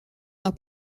are